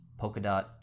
Polkadot